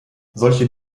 solche